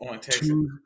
two